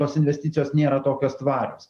tos investicijos nėra tokios tvarios